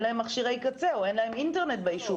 להם מכשירי קצה או אין להם אינטרנט ביישוב.